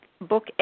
book